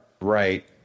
Right